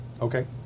Okay